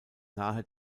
nahe